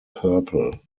purple